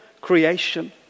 creation